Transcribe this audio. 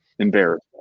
Embarrassed